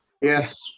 Yes